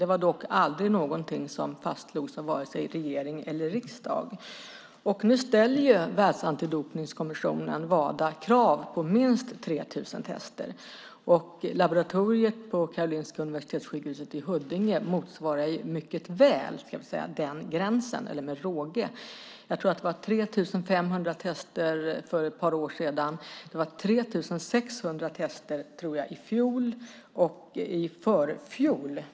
Det var dock aldrig någonting som fastslogs av vare sig regering eller riksdag. Nu ställer Wada, världsantidopningskommissionen, krav på minst 3 000 tester. Laboratoriet på Karolinska Universitetssjukhuset i Huddinge klarar denna gräns med råge. Jag tror att det gjordes 3 500 tester för ett par år sedan och 3 600 i fjol och i förfjol.